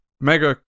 mega